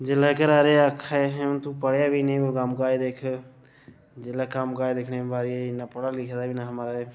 जिसलै घरा आह्ले आखा दे हून तूं पढ़े बी नेईं ते हून तूं कम्म काज दिक्ख जिसलै कम्म काज दिक्खने दी बारी आई इन्ना पढ़ा लिखे दा बी नेईं हा माराज